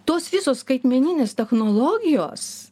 tos visos skaitmeninės technologijos